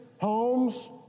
homes